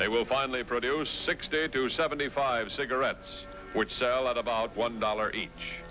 they will finally produce six day to seventy five cigarettes which sell at about one dollar each